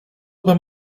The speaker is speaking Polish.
bym